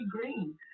green